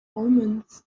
omens